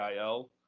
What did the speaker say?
IL